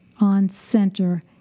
on-center